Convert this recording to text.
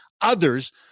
others